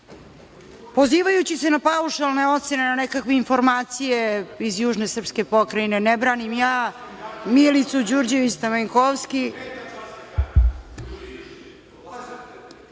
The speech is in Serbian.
pozivajući se na paušalne ocene, na nekakve informacije iz južne srpske pokrajine. Ne branim ja Milicu Đurđević Stamenkovski…